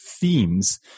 themes